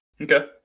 Okay